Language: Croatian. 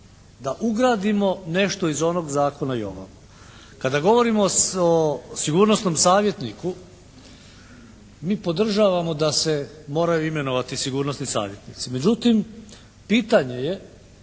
da ugradimo nešto iz onog zakona i ovako. Kada govorimo o sigurnosnom savjetniku mi podržavamo da se moraju imenovati sigurnosni savjetnici,